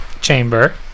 Chamber